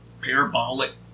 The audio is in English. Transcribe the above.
parabolic